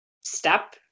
step